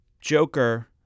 Joker